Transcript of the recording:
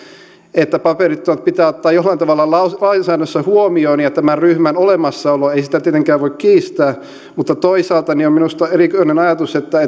että paperittomat pitää ottaa jollain tavalla lainsäädännössä huomioon ja tämän ryhmän olemassaoloa ei tietenkään voi kiistää mutta toisaalta on minusta erikoinen ajatus että